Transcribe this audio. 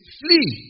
flee